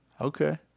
Okay